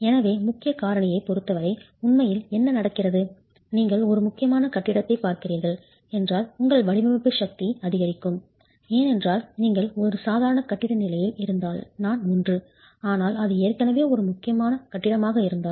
எனவே முக்கியக் காரணியைப் பொருத்தவரை உண்மையில் என்ன நடக்கிறது நீங்கள் ஒரு முக்கியமான கட்டிடத்தைப் பார்க்கிறீர்கள் என்றால் உங்கள் வடிவமைப்பு சக்தி அதிகரிக்கும் ஏனென்றால் நீங்கள் ஒரு சாதாரண கட்டிட நிலையில் இருந்தால் நான் 1 ஆனால் அது ஏற்கனவே ஒரு முக்கியமான கட்டிடமாக இருந்தால்